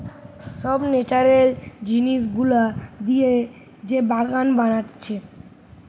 সব ন্যাচারাল জিনিস গুলা দিয়ে যে বাগান বানাচ্ছে